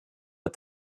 but